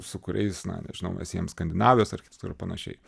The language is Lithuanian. su kuriais na nežinau mes siejam skandinavijos architeks panašiai